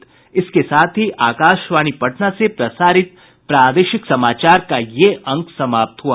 इसके साथ ही आकाशवाणी पटना से प्रसारित प्रादेशिक समाचार का ये अंक समाप्त हुआ